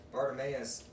Bartimaeus